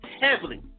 heavily